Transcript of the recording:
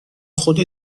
خودت